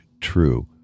true